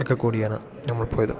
ഒക്കെ കൂടിയാണ് നമ്മൾ പോയത്